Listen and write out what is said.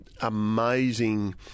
amazing